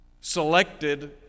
selected